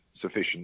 sufficient